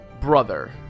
brother